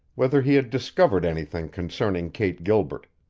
whether he had discovered anything concerning kate gilbert,